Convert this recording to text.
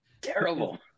terrible